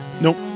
nope